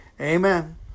Amen